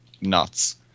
nuts